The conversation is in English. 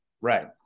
right